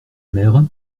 mère